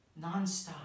nonstop